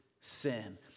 sin